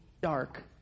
dark